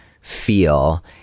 feel